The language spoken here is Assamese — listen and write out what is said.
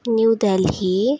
নিউ দেলহি